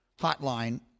hotline